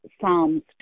Psalms